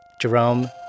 Jerome